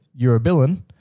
urobilin